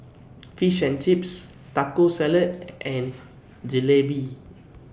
Fish and Chips Taco Salad and Jalebi